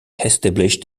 established